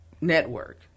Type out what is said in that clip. network